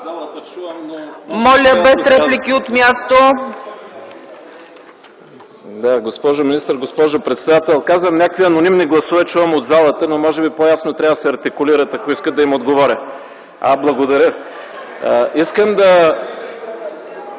Моля, без реплики от място! ЯНАКИ СТОИЛОВ: Госпожо министър, госпожо председател! Казвам, някакви анонимни гласове чувам от залата, но може би по-ясно трябва да се артикулират, ако искат да им отговоря. (Реплика от народния